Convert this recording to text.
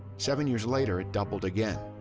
seven years later, it doubled again.